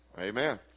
Amen